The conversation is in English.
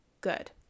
good